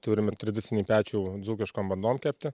turim ir tradicinį pečių dzūkiškom bandom kepti